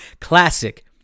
classic